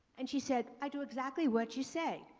and she said, i do exactly what you say.